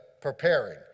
preparing